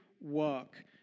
work